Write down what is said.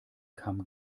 kam